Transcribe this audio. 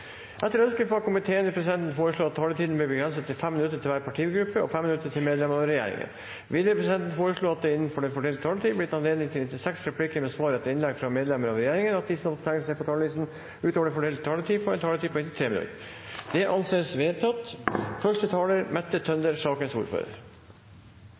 Etter ønske fra familie- og kulturkomiteen vil presidenten foreslå at taletiden blir begrenset til 5 minutter til hver partigruppe og 5 minutter til medlemmer av regjeringen. Videre vil presidenten foreslå at det – innenfor den fordelte taletid – blir gitt anledning til inntil seks replikker med svar etter innlegg fra medlemmer av regjeringen, og at de som måtte tegne seg på talerlisten utover den fordelte taletid, får en taletid på inntil 3 minutter. Det anses vedtatt.